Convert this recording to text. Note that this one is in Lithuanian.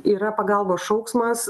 yra pagalbos šauksmas